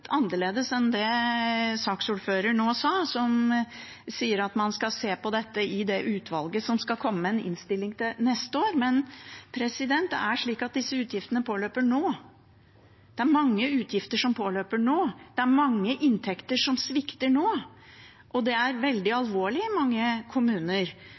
annerledes enn det saksordføreren sa nå, om at man skal se på dette i det utvalget som skal komme med en innstilling til neste år. Men disse utgiftene påløper nå. Mange utgifter påløper nå. Mange inntekter svikter nå, og det er veldig alvorlig i mange kommuner.